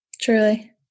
Truly